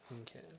okay